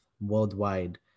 worldwide